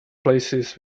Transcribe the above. places